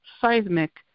seismic